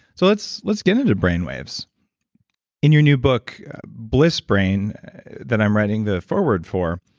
so let's let's get into brain waves in your new book bliss brain that i'm writing the foreword for,